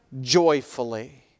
joyfully